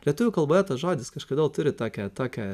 lietuvių kalboje tas žodis kažkodėl turi tokią tokią